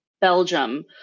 Belgium